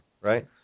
right